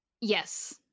yes